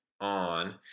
on